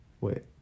Wait